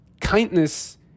kindness